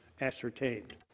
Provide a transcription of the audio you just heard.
ascertained